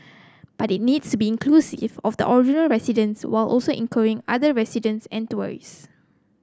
but it needs to be inclusive of the original residents while also including other residents and tourists